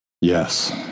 Yes